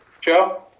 Joe